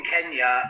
Kenya